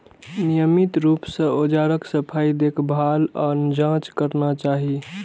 नियमित रूप सं औजारक सफाई, देखभाल आ जांच करना चाही